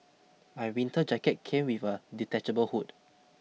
my winter jacket came with a detachable hood